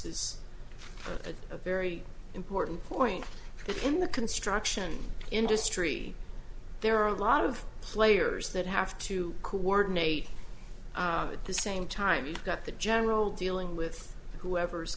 is a very important point because in the construction industry there are a lot of players that have to coordinate at the same time you've got the general dealing with whoever's